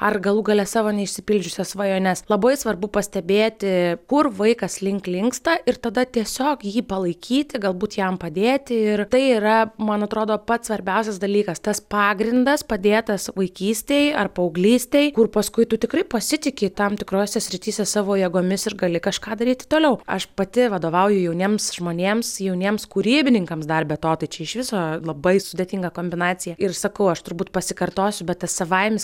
ar galų gale savo neišsipildžiusias svajones labai svarbu pastebėti kur vaikas link linksta ir tada tiesiog jį palaikyti galbūt jam padėti ir tai yra man atrodo pats svarbiausias dalykas tas pagrindas padėtas vaikystėj ar paauglystėj kur paskui tu tikrai pasitiki tam tikrose srityse savo jėgomis ir gali kažką daryti toliau aš pati vadovauju jauniems žmonėms jauniems kūrybininkams dar be to tai čia iš viso labai sudėtinga kombinacija ir sakau aš turbūt pasikartosiu bet tas savaimis